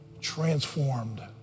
transformed